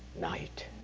Night